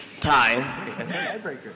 tie